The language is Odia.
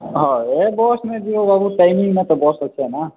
ହଁ ଏ ବସ୍ ନେଇଯିବ ବାବୁ ଟାଇମିଙ୍ଗ୍ରେ ତ ବସ୍ ଅଛେ ନା